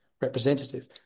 representative